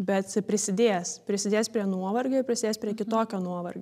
bet prisidės prisidės prie nuovargio ir prisidės prie kitokio nuovargio